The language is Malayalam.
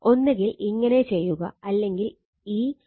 ഒന്നുകിൽ ഇങ്ങനെ ചെയ്യുക അല്ലെങ്കിൽ ഈ B H 0 ആക്കുക